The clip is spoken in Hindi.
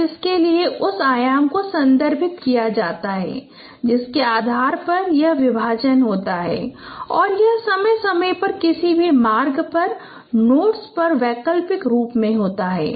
बस इसके लिए उस आयाम को संदर्भित किया जाता है जिसके आधार पर यह विभाजन होता है और यह समय समय पर किसी भी मार्ग पर नोड्स पर वैकल्पिक रूप से होता है